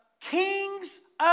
kings